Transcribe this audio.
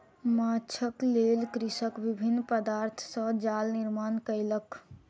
माँछक लेल कृषक विभिन्न पदार्थ सॅ जाल निर्माण कयलक